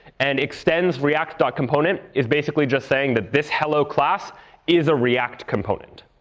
and extends react component is basically just saying that this hello class is a react component.